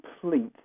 complete